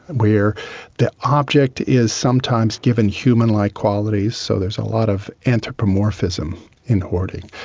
where the object is sometimes given humanlike qualities, so there's a lot of anthropomorphism in hoarding.